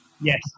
Yes